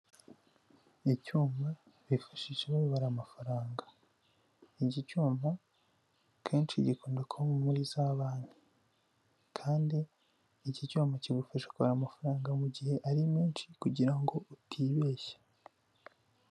Icyuma bifashisha babara amafaranga, iki cyuma kenshi gikunze kuba muri za banki, kandi iki cyuma kigufasha kubara amafaranga mu gihe ari menshi kugirango utibeshya.